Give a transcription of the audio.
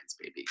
baby